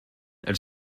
elle